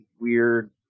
weird